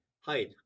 height